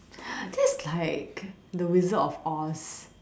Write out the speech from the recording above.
this is like the wizard of oz